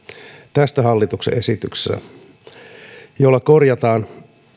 tästä hallituksen esityksestä jolla korjataan